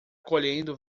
colhendo